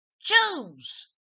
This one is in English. choose